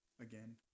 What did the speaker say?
again